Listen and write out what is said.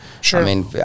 Sure